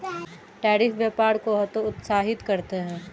tariff व्यापार को हतोत्साहित करते हैं